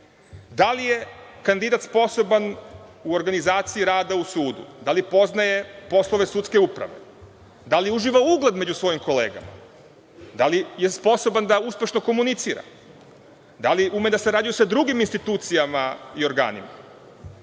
Da li je kandidat sposoban u organizaciji rada u sudu, da li poznaje poslove sudske uprave, da li uživa ugled prema svojim kolegama, da li je sposoban da uspešno komunicira, da li ume da sarađuje sa drugim institucijama i organima,